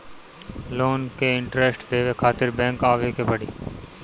Loan के interest देवे खातिर बैंक आवे के पड़ी?